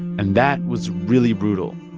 and that was really brutal.